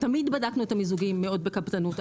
תמיד בדקנו את המיזוגים מאוד בקפדנות,